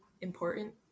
important